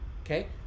okay